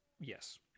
Yes